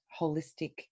holistic